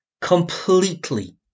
completely